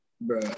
Bro